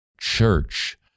church